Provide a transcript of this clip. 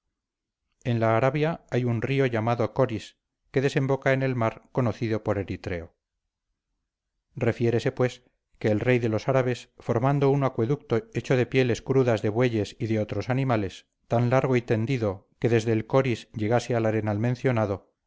en la arabia hay un río llamado corys que desemboca en el mar conocido por eritreo refiérese pues que el rey de los árabes formando un acueducto hecho de pieles crudas de bueyes y de otros animales tan largo y tendido que desde el corys llegase al arenal mencionado